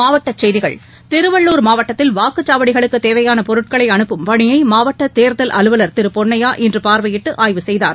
மாவட்டசெய்கிகள் திருவள்ளுர் மாவட்டத்தில் வாக்குச்சாவடிகளுக்குதேவையானபொருட்களைஅனுப்பும் பணியைமாவட்டதேர்தல் அலுவலர் திருபொன்னையா இன்றுபார்வையிட்டுஆய்வு செய்தார்